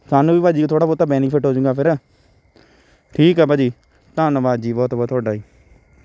ਤੁਹਾਨੂੰ ਵੀ ਭਾਅ ਜੀ ਥੋੜ੍ਹਾ ਬਹੁਤਾ ਬੈਨੀਫਿਟ ਹੋਜੂਗਾ ਫਿਰ ਠੀਕ ਆ ਭਾਅ ਜੀ ਧੰਨਵਾਦ ਜੀ ਬਹੁਤ ਬਹੁਤ ਤੁਹਾਡਾ ਜੀ